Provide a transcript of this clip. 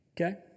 okay